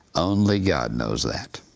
only god knows that.